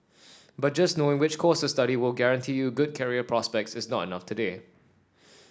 but just knowing which course of study will guarantee you good career prospects is not enough today